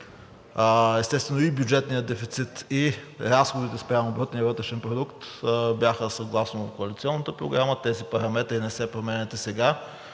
Естествено, и бюджетният дефицит, и разходите спрямо брутния вътрешен продукт бяха съгласно коалиционната програма. Тези параметри не се променят и сега,